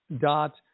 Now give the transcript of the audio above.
dot